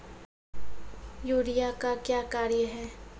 Urea का क्या कार्य हैं?